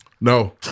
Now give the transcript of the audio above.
No